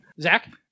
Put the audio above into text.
Zach